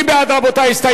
מי בעד ההסתייגות?